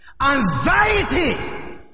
Anxiety